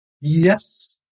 Yes